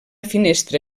finestra